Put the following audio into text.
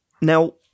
Now